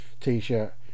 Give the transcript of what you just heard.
t-shirt